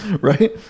Right